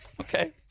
Okay